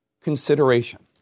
consideration